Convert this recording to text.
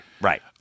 Right